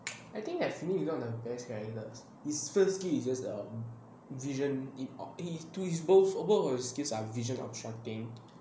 I think that flu is one of the best character is firstly it's just a vision it he's to his both of both of his skills are vision obstructing